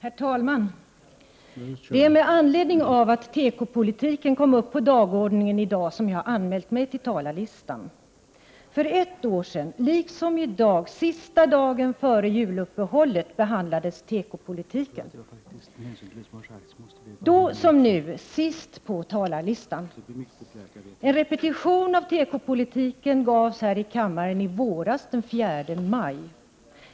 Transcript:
Herr talman! Det är med anledning av att diskussionen om tekopolitiken kom upp på dagordningen i dag som jag har anmält mig till talarlistan. För ett år sedan, liksom i dag sista dagen före juluppehållet, debatterades frågor rörande tekoindustrin. Då som nu: sist på talarlistan. En repetition av tekopolitiken gavs i kammaren även i våras den 4 maj.